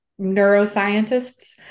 neuroscientists